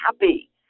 happy